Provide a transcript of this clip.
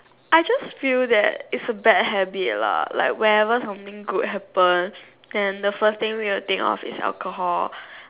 I just feel that it's a bad habit lah whenever something good happens then the first thing we'll think of is alcohol